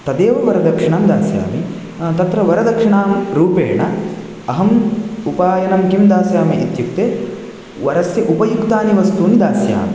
तदेव वरदक्षिणां दास्यामि तत्र वरदक्षिणां रूपेण अहम् उपायनं किं दास्यामि इत्युक्ते वरस्य उपयुक्तानि वस्तूनि दास्यामि